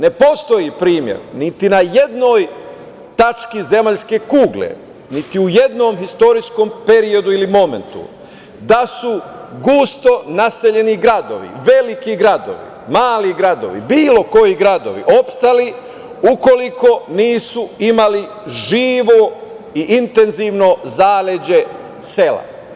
Ne postoji primer, niti na jednoj tački zemaljske kugle, niti u jednom istorijskom periodu ili momentu da su gusto naseljeni gradovi, veliki gradovi, mali gradovi, bilo koji gradovi opstali ukoliko nisu imali živo i intenzivno zaleđe sela.